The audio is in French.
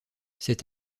cet